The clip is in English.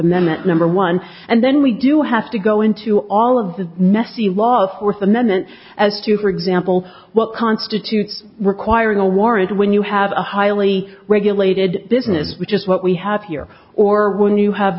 amendment number one and then we do have to go into all of the messy laws fourth amendment as to for example what constitutes requiring a warrant when you have a highly regulated business which is what we have here or when you have